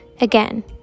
Again